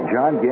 John